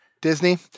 Disney